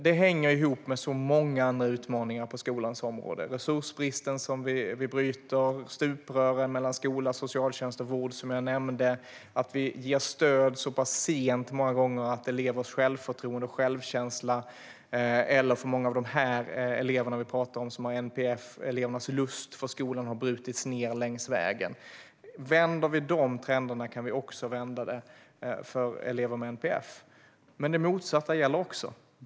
Detta hänger ihop med många andra utmaningar på skolans område: resursbristen, som vi bryter, och stuprören mellan skola, socialtjänst och vård, som jag nämnde. Många gånger ger vi också stöd så sent att elevers självförtroende, självkänsla eller, för många av eleverna med NPF, som vi har talat om, lusten för skolan, har brutits ned längs vägen. Vänder vi de trenderna kan vi också vända det för elever med NPF. Men det motsatta gäller också.